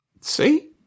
See